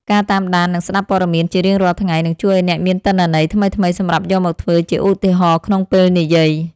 ការតាមដាន និងស្ដាប់ព័ត៌មានជារៀងរាល់ថ្ងៃ នឹងជួយឱ្យអ្នកមានទិន្នន័យថ្មីៗសម្រាប់យកមកធ្វើជាឧទាហរណ៍ក្នុងពេលនិយាយ។